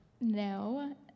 no